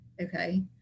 okay